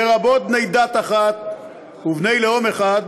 לרבות בני דת אחת ובני לאום אחד,